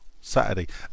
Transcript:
Saturday